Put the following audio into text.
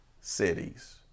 cities